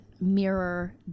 mirror